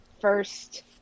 first